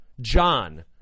John